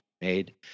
made